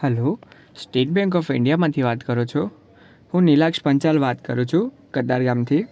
hello state bank of ઈન્ડિયામાંથી વાત કરો છો હું નિલાક્ષ પંચાલ વાત કરું છું કતાર ગામથી